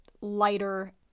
lighter